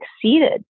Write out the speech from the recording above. succeeded